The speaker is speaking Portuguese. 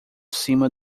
cima